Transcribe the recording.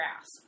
ass